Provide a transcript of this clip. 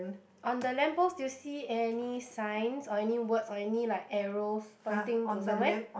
on the lamp post do you see any signs or any words or any like arrows pointing to somewhere